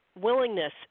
willingness